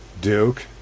Duke